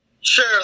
Sure